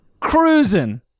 cruising